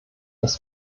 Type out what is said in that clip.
dass